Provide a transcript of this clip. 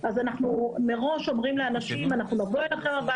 אני לא מבין את זה.